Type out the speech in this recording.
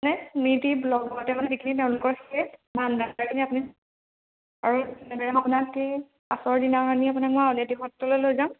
নে নীতি ব্লগতে মানে যিখিনি তেওঁলোকৰ আপুনি আৰু আপোনাক কি পাছৰ দিনাখিনি আপোনাক মই আউনিআটি সত্ৰলৈ লৈ যাম